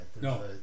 No